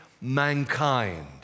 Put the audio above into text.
mankind